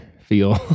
feel